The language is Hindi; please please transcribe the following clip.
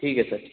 ठीक है सर